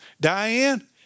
Diane